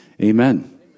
Amen